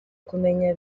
kumenya